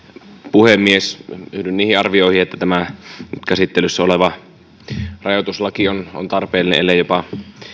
puhemies yhdyn niihin arvioihin että tämä nyt käsittelyssä oleva rajoituslaki on on tarpeellinen ellei jopa